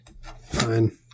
fine